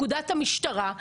היא חייבת להיות מיוחדת.